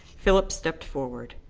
philip stepped forward.